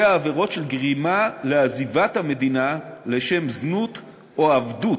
הקובע עבירות של גרימה לעזיבת המדינה לשם זנות או עבדות.